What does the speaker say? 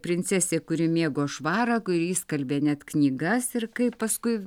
princesė kuri mėgo švarą kuri išskalbė net knygas ir kaip paskui